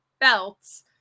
belts